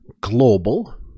global